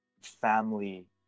family